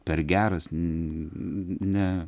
per geras ne